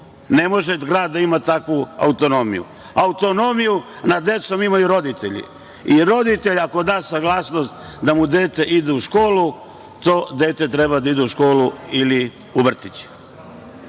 Ne može grad da ima takvu autonomiju. Autonomiju nad decom imaju roditelji i roditelj ako da saglasnost da mu dete ide u školu, to dete treba da ide u školu ili u vrtić. Tako